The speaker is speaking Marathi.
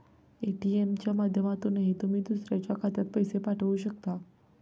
ए.टी.एम च्या माध्यमातूनही तुम्ही दुसऱ्याच्या खात्यात पैसे पाठवू शकता